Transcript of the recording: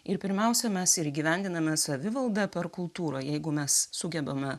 ir pirmiausia mes ir įgyvendiname savivaldą per kultūrą jeigu mes sugebame